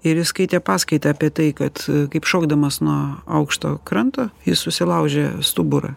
ir jis skaitė paskaitą apie tai kad kaip šokdamas nuo aukšto kranto jis susilaužė stuburą